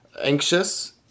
anxious